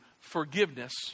forgiveness